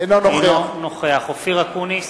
אינו נוכח אופיר אקוניס,